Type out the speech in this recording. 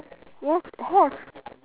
yes have